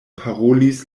parolis